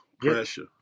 pressure